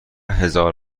هزار